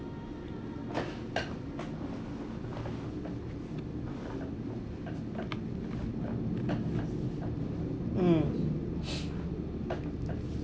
um